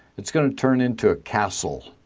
it's going to turn into a castle.